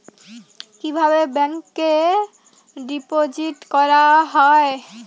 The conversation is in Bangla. কিভাবে ব্যাংকে ডিপোজিট করা হয়?